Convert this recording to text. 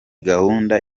gahunda